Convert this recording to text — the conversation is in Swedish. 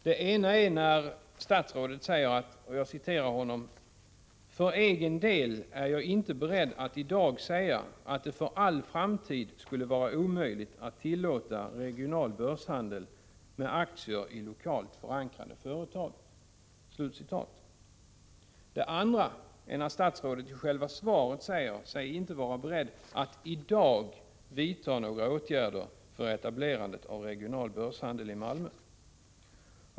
Den ena är den där statsrådet säger: ”För egen del är jag inte beredd att i dag säga att det för all framtid skulle vara omöjligt att tillåta regional börshandel ——-—- med aktier i lokalt förankrade företag.” Det andra jag noterar är att statsrådet i själva svaret säger sig inte vara beredd att i dag vidta några åtgärder för att möjliggöra etablerandet av regional börshandel i Malmö.